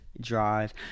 Drive